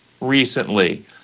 recently